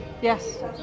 Yes